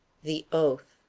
the oath.